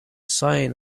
sign